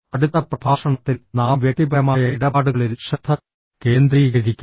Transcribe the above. അടുത്ത പ്രഭാഷണത്തിൽ നാം വ്യക്തിപരമായ ഇടപാടുകളിൽ ശ്രദ്ധ കേന്ദ്രീകരിക്കും